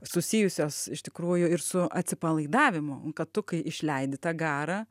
susijusios iš tikrųjų ir su atsipalaidavimu kad tu kai išleidi tą garą